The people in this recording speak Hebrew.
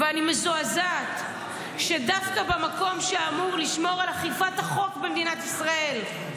ואני מזועזעת שדווקא במקום שאמור לשמור על אכיפת החוק במדינת ישראל,